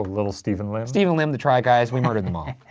little steven lim? steven lim, the try guys, we murdered them all. yeah,